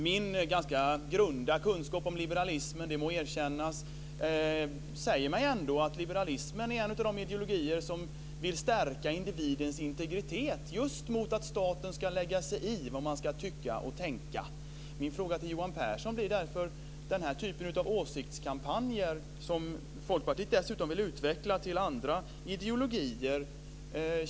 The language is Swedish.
Min ganska grunda kunskap - det må erkännas - om liberalismen säger mig ändå att liberalismen är en av de ideologier som vill stärka individens integritet just i fråga om att staten inte ska lägga sig i vad man ska tycka och tänka. Min fråga till Johan Pehrson handlar därför om den här typen av åsiktskampanjer, som Folkpartiet dessutom vill utveckla till andra ideologier.